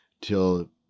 till